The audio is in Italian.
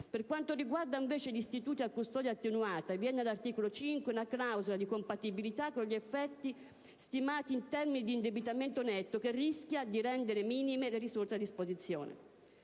Per quanto riguarda invece gli istituti a custodia attenuata, vi è nell'articolo 5 una clausola di compatibilità con gli effetti stimati in termini di indebitamento netto, che rischia di rendere minime le risorse a disposizione.